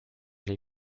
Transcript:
les